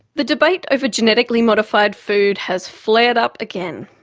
the debate over genetically modified food has flared up again.